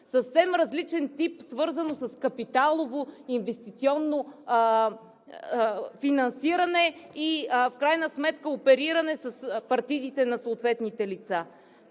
Съвсем различен тип, свързан с капиталово, инвестиционно финансиране и в крайна сметка опериране с партидите на съответните лица.